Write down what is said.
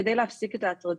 על מנת להפסיק את ההטרדות.